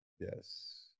Yes